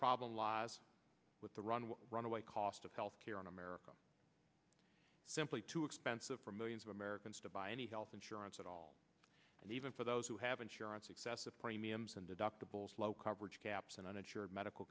problem lies with the runway runaway cost of health care in america simply too expensive for millions of americans to buy any health insurance at all and even for those who have insurance excessive premiums and deductibles low coverage caps and uninsured medical